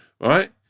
right